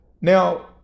Now